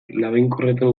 labainkorretan